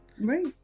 right